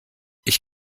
ich